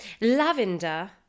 lavender